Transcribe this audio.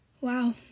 Wow